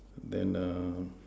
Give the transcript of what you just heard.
then err